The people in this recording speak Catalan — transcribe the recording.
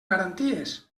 garanties